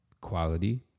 quality